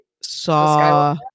saw